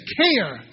care